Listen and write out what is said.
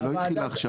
היא לא התחילה עכשיו.